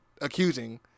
accusing